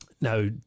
Now